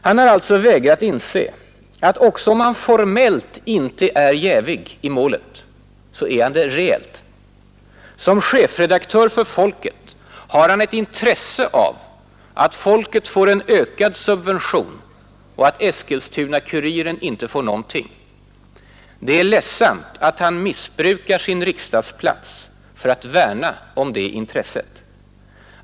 Han har alltså vägrat inse att också om han formellt inte är jävig i målet så är han det reellt. Som chefredaktör för Folket har han intresse av att Folket får en ökad subvention och att Eskilstuna-Kuriren inte får någonting. Det är ledsamt att han missbrukar sin riksdagsplats för att värna om det intresset.